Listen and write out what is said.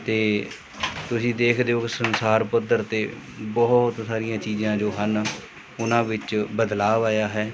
ਅਤੇ ਤੁਸੀਂ ਦੇਖਦੇ ਹੋ ਸੰਸਾਰ ਪੱਧਰ 'ਤੇ ਬਹੁਤ ਸਾਰੀਆਂ ਚੀਜ਼ਾਂ ਜੋ ਹਨ ਉਹਨਾਂ ਵਿੱਚ ਬਦਲਾਵ ਆਇਆ ਹੈ